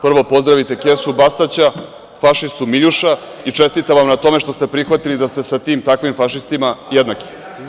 Prvo, pozdravite kesu Bastaća, fašistu Miljuša i čestitam vam na tome što ste prihvatili da ste sa tim takvim fašistima jednaki.